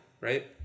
right